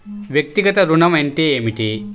వ్యక్తిగత ఋణం అంటే ఏమిటి?